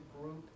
group